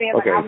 Okay